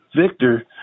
Victor